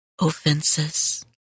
offenses